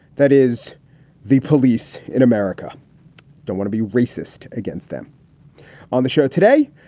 that is the police in america don't want to be racist against them on the show today.